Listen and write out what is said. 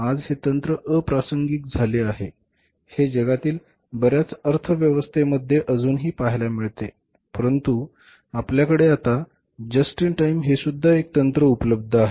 आज हे तंत्र अप्रासंगिक झाले आहे हे जगातील बर्याच अर्थव्यवस्थेमध्ये अजूनही पाहायला मिळते परंतु आपल्याकडे आता जस्ट इन टाईम हेसुद्धा एक तंत्र उपलब्ध आहे